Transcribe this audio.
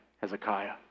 Hezekiah